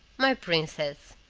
my princess,